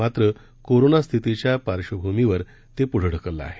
माक्र corona स्थितीच्या पार्श्वभूमीवर ते पुढं ढकललं आहे